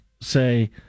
say